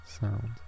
sound